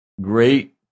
great